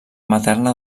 materna